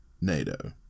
nato